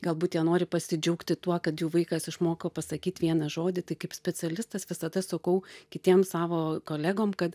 galbūt jie nori pasidžiaugti tuo kad jų vaikas išmoko pasakyt vieną žodį tai kaip specialistas visada sakau kitiem savo kolegom kad